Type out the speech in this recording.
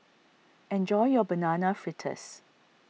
enjoy your Banana Fritters